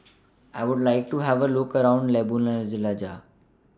I Would like to Have A Look around Ljubljana